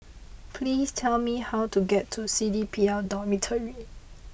please tell me how to get to C D P L Dormitory